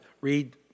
Read